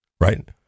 right